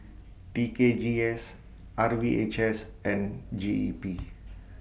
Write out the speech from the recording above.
T K G S R V H S and G E P